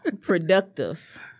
productive